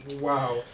Wow